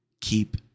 keep